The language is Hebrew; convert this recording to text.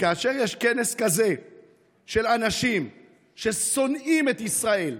כאשר יש כנס כזה של אנשים ששונאים את ישראל,